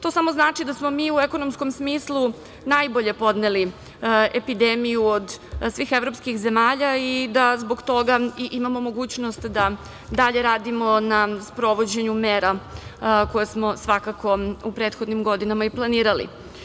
To samo znači da smo mi u ekonomskom smislu najbolje podneli epidemiju od svih evropskih zemalja i da zbog toga i imamo mogućnost da dalje radimo na sprovođenju mera koje smo svakako u prethodnim godinama i planirali.